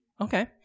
okay